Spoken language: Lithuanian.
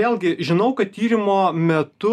vėlgi žinau kad tyrimo metu